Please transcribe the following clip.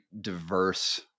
diverse